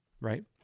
right